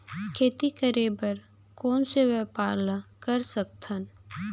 खेती करे बर कोन से व्यापार ला कर सकथन?